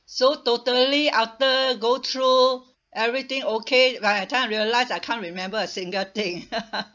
so totally after go through everything okay by that time realise I can't remember a single thing